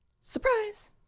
surprise